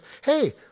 hey